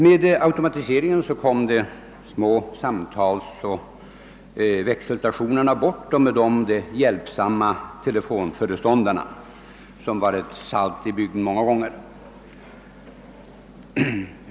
Genom automatiseringen kom de små samtalsoch växelstationerna bort och med dem de hjälpsamma telefonföreståndarna.